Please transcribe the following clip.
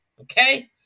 okay